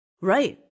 Right